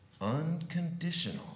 unconditional